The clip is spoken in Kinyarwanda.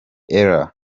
ella